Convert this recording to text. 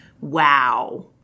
wow